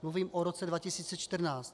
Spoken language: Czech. Mluvím o roce 2014.